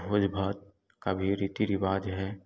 भोज भात का भी रीति रिवाज है